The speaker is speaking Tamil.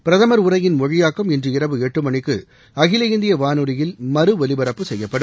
பிரதமர் உரையின் மொழியாக்கம் இன்று இரவு எட்டு மணிக்கு அகில இந்திய வானொலியில் மறு ஒலிபரப்பு செய்யப்படும்